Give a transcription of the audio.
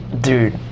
dude